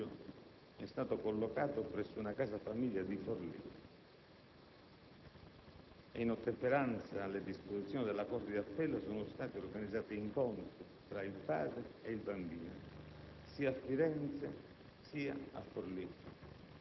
Il minore, a far data dal 2 luglio, è stato collocato presso una casa famiglia di Forlì. In ottemperanza alle disposizioni della corte d'appello sono stati organizzati incontri tra il padre e il bambino